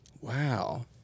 Wow